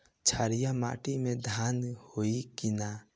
क्षारिय माटी में धान होई की न?